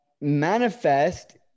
Manifest